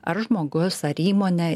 ar žmogus ar įmonė